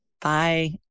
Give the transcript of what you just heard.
bye